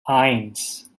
eins